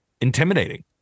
intimidating